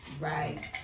right